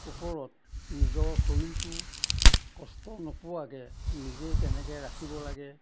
ওপৰত নিজৰ শৰীৰটো কষ্ট নোপোৱাকৈ নিজে কেনেকৈ ৰাখিব লাগে